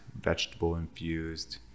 vegetable-infused